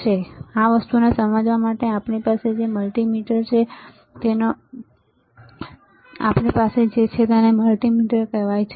તેથી આ વસ્તુને સમજવા માટે આપણી પાસે મલ્ટિમીટર કહેવાય છે